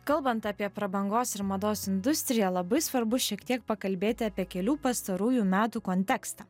kalbant apie prabangos ir mados industriją labai svarbu šiek tiek pakalbėti apie kelių pastarųjų metų kontekstą